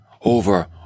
over